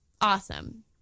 Awesome